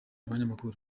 abanyamakuru